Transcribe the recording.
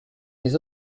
mes